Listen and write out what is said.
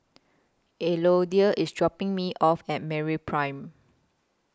Elodie IS dropping Me off At Merry Prime